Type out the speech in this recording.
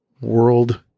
world